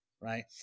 right